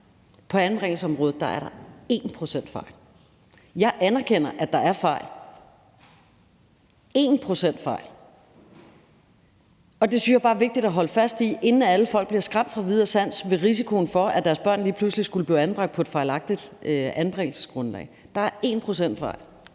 På anbringelsesområdet er der 1 pct. fejl. Jeg anerkender, at der er fejl – 1 pct. fejl. Og det synes jeg bare er vigtigt at holde fast i, inden alle folk bliver skræmt fra vid og sans ved risikoen for, at deres børn lige pludselig skulle blive anbragt på et fejlagtigt anbringelsesgrundlag. Der er 1 pct. fejl.